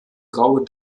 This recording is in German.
graue